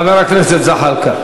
חבר הכנסת זחאלקה.